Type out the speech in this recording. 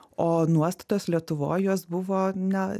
o nuostatos lietuvoj jos buvo na